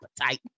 appetite